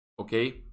Okay